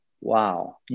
Wow